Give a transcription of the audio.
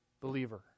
believer